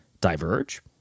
diverge